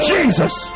Jesus